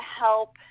help